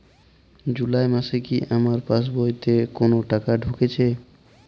জুলাই মাসে কি আমার পাসবইতে কোনো টাকা ঢুকেছে?